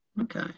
okay